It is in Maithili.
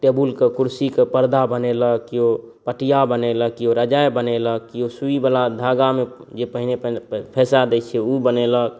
टेबुलके कुर्सीके परदा बनेलक केओ पटिया बनेलक केओ रजाइ बनेलक केओ सुइबला धागामे जे पहिने पहिने फॅंसा दै छियै ओ बनेलक